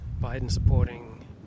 Biden-supporting